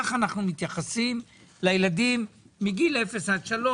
כך אנחנו מתייחסים לילדים מגיל אפס עד שלוש.